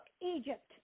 Egypt